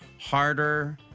harder